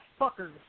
fuckers